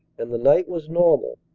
and the night was normal.